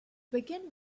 begin